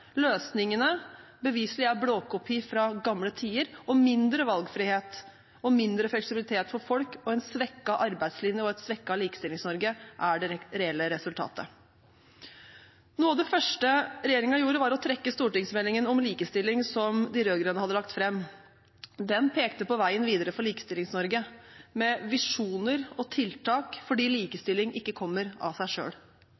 løsningene beviselig er blåkopier fra gamle tider, og mindre valgfrihet og mindre fleksibilitet for folk, og hvor en svekket arbeidslinje og et svekket Likestillings-Norge er det reelle resultatet. Noe av det første regjeringen gjorde, var å trekke stortingsmeldingen om likestilling som de rød-grønne hadde lagt fram. Den pekte på veien videre for Likestillings-Norge, med visjoner og tiltak, fordi likestilling ikke kommer av seg